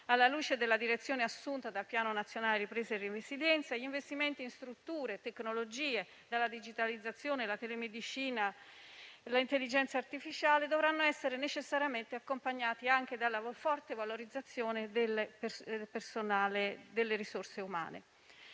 Alla luce della direzione assunta dal Piano nazionale di ripresa e resilienza, gli investimenti in strutture e tecnologie (dalla digitalizzazione alla telemedicina, all'intelligenza artificiale) dovranno essere necessariamente accompagnati anche da una forte valorizzazione delle risorse umane.